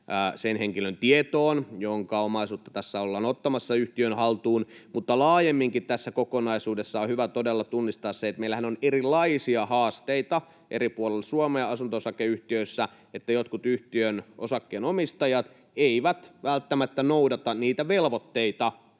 sen henkilön tietoon, jonka omaisuutta tässä ollaan ottamassa yhtiön haltuun, mutta laajemminkin tässä kokonaisuudessa on hyvä todella tunnistaa, että meillähän on erilaisia haasteita eri puolilla Suomea asunto-osakeyhtiöissä ja että jotkut yhtiön osakkeenomistajat eivät välttämättä noudata niitä velvoitteita,